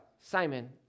Simon